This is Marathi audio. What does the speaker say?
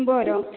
बरं